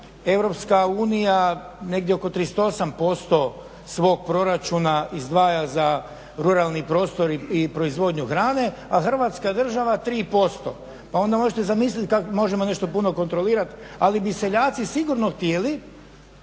samo da EU negdje oko 38% svog proračuna izdvaja za ruralni prostor i proizvodnju hrane, a Hrvatska država 3%, pa onda možete zamisliti kak možemo nešto puno kontrolirati. ali bi seljaci sigurno htjeli